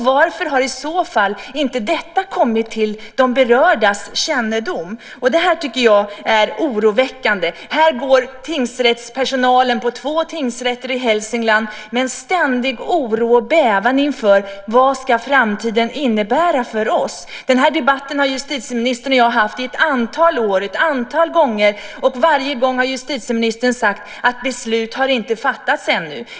Varför har i så fall inte detta kommit till de berördas kännedom? Det tycker jag är oroväckande. Personalen på två tingsrätter i Hälsingland går med en ständig oro och bävan inför vad framtiden ska innebära för dem. Den här debatten har justitieministern och jag haft i ett antal år ett antal gånger. Varje gång har justitieministern sagt att beslut ännu inte har fattats.